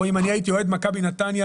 או אם אני הייתי אוהד מכבי נתניה,